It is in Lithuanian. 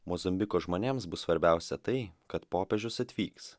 mozambiko žmonėms bus svarbiausia tai kad popiežius atvyks